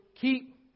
keep